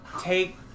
Take